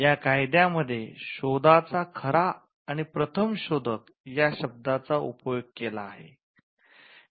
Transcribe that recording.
या कायद्यामध्ये 'शोधाचा खरा आणि प्रथम शोधक' या शब्दाचा उपयोग केला आहे